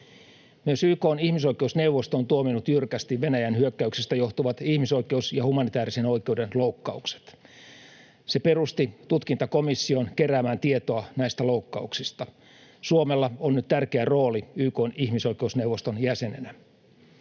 Myös YK:n ihmisoikeusneuvosto on tuominnut jyrkästi Venäjän hyökkäyksestä johtuvat ihmisoikeus- ja humanitäärisen oikeuden loukkaukset. Se perusti tutkintakomission keräämään tietoa näistä loukkauksista. Suomella on nyt tärkeä rooli YK:n ihmisoikeusneuvoston jäsenenä.